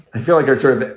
i feel like you're sort of,